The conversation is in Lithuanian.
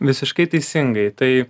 visiškai teisingai tai